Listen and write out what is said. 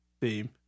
theme